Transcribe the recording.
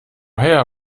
her